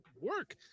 work